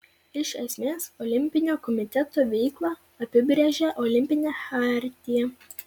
iš esmės olimpinio komiteto veiklą apibrėžia olimpinė chartija